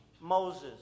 Moses